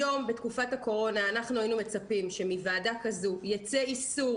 היום בתקופת הקורונה אנחנו היינו מצפים שמוועדה כזאת ייצא איסור